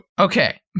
Okay